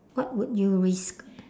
what would you risk